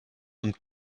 und